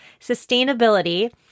sustainability